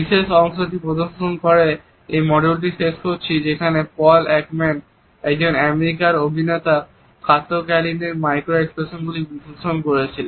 বিশেষ অংশটি প্রদর্শন করে এই মডিউলটি শেষ করছি যেখানে পল একম্যান একজন আমেরিকান অভিনেতা কাতো ক্যালিনের মাইক্রো এক্সপ্রেশনসগুলি বিশ্লেষণ করেছেন